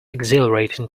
exhilarating